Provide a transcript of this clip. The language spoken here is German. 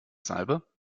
salbe